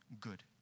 good